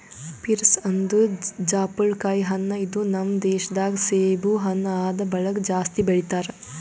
pears ಅಂದುರ್ ಜಾಪುಳಕಾಯಿ ಹಣ್ಣ ಇದು ನಮ್ ದೇಶ ದಾಗ್ ಸೇಬು ಹಣ್ಣ ಆದ್ ಬಳಕ್ ಜಾಸ್ತಿ ಬೆಳಿತಾರ್